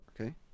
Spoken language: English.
Okay